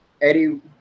Eddie